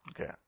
Okay